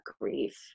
grief